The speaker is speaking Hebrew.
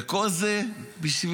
וכל זה בשביל,